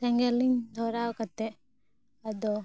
ᱥᱮᱸᱜᱮᱞᱤᱧ ᱫᱷᱚᱨᱟᱣ ᱠᱟᱛᱮᱫ ᱟᱫᱚ